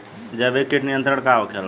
जैविक कीट नियंत्रण का होखेला?